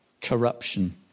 corruption